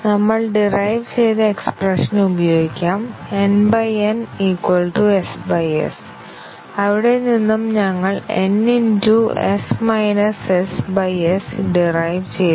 നമ്മൾ ഡിറൈവ് ചെയ്ത എക്സ്പ്രെഷൻ ഉപയോഗിക്കാം n N s S അവിടെ നിന്നും ഞങ്ങൾ n s ഡിറൈവ് ചെയ്തു